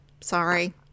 Sorry